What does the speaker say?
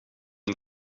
een